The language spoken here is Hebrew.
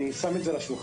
אני שם את זה על השולחן,